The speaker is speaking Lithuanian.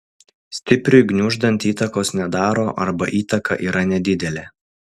stipriui gniuždant įtakos nedaro arba įtaka yra nedidelė